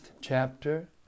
chapter